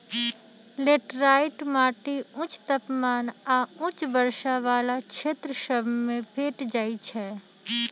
laterite माटि उच्च तापमान आऽ उच्च वर्षा वला क्षेत्र सभ में भेंट जाइ छै